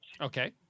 Okay